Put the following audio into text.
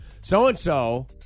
so-and-so